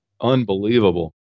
Unbelievable